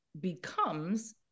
becomes